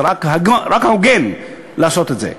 זה רק הוגן לעשות את זה,